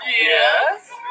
yes